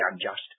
unjust